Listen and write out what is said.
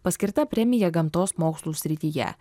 paskirta premija gamtos mokslų srityje